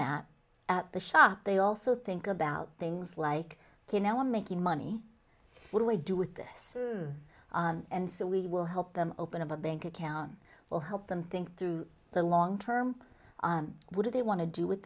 that at the shop they also think about things like you know making money what do we do with this and so we will help them open a bank account will help them think through the long term what do they want to do with